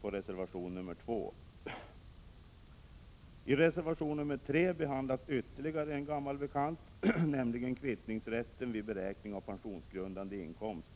på reservation nr 2. I reservation nr 3 behandlas ytterligare en gammal bekant, nämligen kvittningsrätten vid beräkning av pensionsgrundande inkomst.